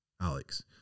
Alex